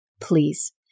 please